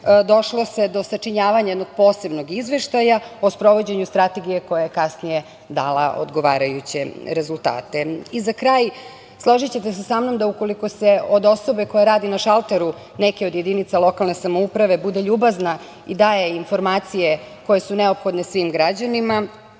došlo se do sačinjavanja jednog posebnog izveštaja o sprovođenju Strategije koja je kasnije dala odgovarajuće rezultate.Za kraj, složićete se sa mnom, ukoliko se od osobe koja radi na šalteru neke od jedinica lokalne samouprave bude ljubazna i daje informacije koje su neophodne svim građanima,